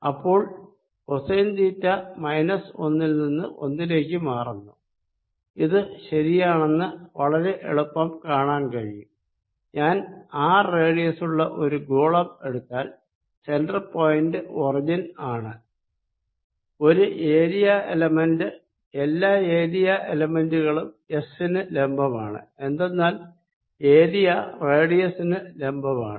അപ്പോൾ cosine theta minus ഒന്നിൽ നിന്ന് ഒന്നിലേക്ക് മാറുന്നു ഇത് ശരിയാണെന്ന് വളരെ എളുപ്പം കാണാൻ കഴിയും ഞാൻ ആർ റേഡിയസ് ഉള്ള ഒരു ഗോളം എടുത്താൽ സെന്റർ പോയിന്റ് ഒറിജിൻ ആണ് ഒരു ഏരിയ എലമെന്റ് എല്ലാ ഏരിയ എലെമെന്റുകളും എസ്സിന് ലംബമാണ് എന്തെന്നാൽ ഏരിയ റേഡിയസിനു ലംബമാണ്